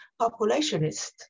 populationist